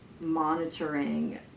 monitoring